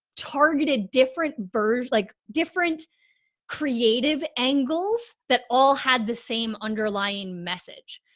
targeted different birds, like different creative angles that all had the same underlying message.